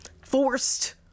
forced